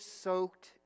soaked